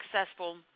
successful